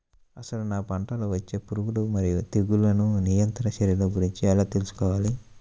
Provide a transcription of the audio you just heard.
అసలు నా పంటలో వచ్చే పురుగులు మరియు తెగులుల నియంత్రణ చర్యల గురించి ఎలా తెలుసుకోవాలి?